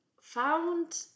found